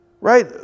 right